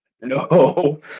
No